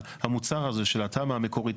המוצר הזה של התמ"א המקורית,